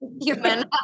human